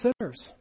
sinners